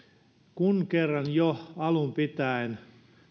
kun kerran jo alun pitäen